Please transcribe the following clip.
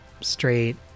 straight